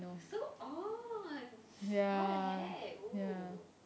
so ons why the heck oo